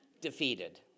defeated